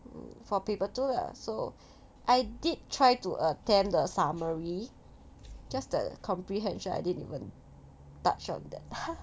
mm for paper two lah so I did try to attempt the summary just the comprehension I didn't even touch on that